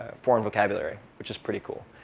foreign vocabulary, which is pretty cool.